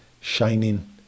shining